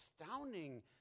astounding